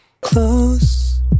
close